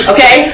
Okay